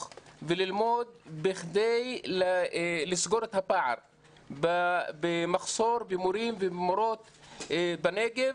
וללמוד בכדי לסגור את הפער של מחסור במורים ובמורות בנגב.